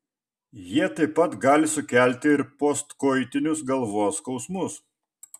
jie taip pat gali sukelti ir postkoitinius galvos skausmus